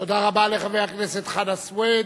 תודה רבה לחבר הכנסת חנא סוייד.